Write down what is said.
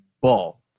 ball